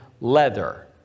leather